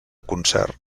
concert